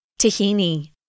tahini